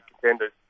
contenders